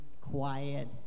quiet